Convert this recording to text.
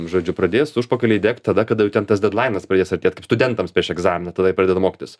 žodžiu pradės užpakaliai degt tada kada jau ten tas dedlainas pradės artėt kaip studentams prieš egzaminą tada jie pradeda mokytis